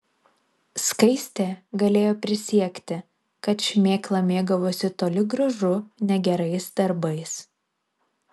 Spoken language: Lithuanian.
skaistė galėjo prisiekti kad šmėkla mėgavosi toli gražu ne gerais darbais